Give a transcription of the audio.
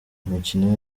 imikino